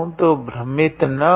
तो भ्रमित न हो